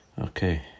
okay